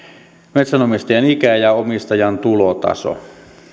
metsänomistajan ikä ja omistajan tulotaso